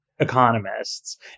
economists